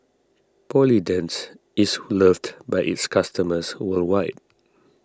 Polident is loved by its customers worldwide